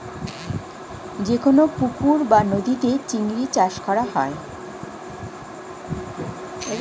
যে কোন পুকুর বা নদীতে চিংড়ি চাষ করা হয়